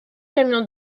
camions